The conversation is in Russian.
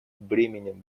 бременем